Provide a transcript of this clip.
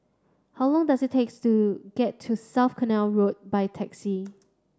how long does it takes to get to South Canal Road by taxi